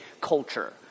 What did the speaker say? culture